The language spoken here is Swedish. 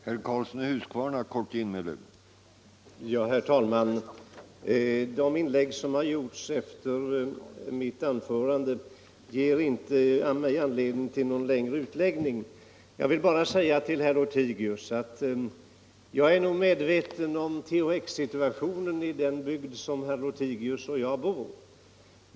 Herr talman! De inlägg som gjorts efter mitt anförande ger mig inte anledning till någon längre utläggning. Jag vill bara säga till herr Lothigius att jag är medveten om THX situationen i den bygd där herr Lothigius och jag bor.